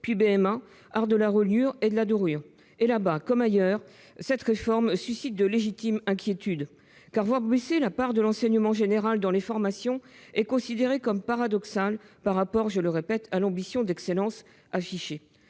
« Arts de la reliure et de la dorure ». Là-bas, comme ailleurs, cette réforme suscite de légitimes inquiétudes. En effet, la baisse de la part de l'enseignement général dans les formations est considérée comme paradoxale par rapport, je le répète, à l'ambition d'« excellence » affichée.